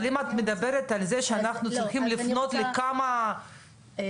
אבל אם את מדברת על זה שאנחנו צריכים לפנות לכמה --- נכון,